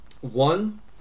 one